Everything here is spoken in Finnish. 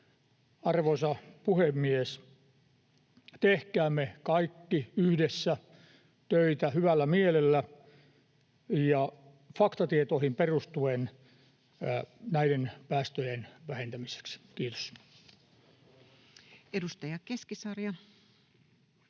Arvoisa puhemies! Tehkäämme kaikki yhdessä töitä hyvällä mielellä ja faktatietoihin perustuen näiden päästöjen vähentämiseksi. — Kiitos. Edustaja Keskisarja.